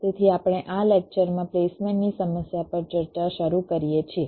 તેથી આપણે આ લેક્ચર માં પ્લેસમેન્ટની સમસ્યા પર ચર્ચા શરૂ કરીએ છીએ